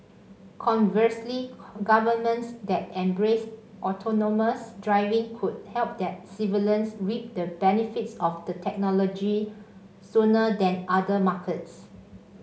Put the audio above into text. conversely governments that embrace autonomous driving could help their civilians reap the benefits of the technology sooner than other markets